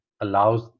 allows